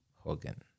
Hogan